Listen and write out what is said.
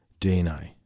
DNA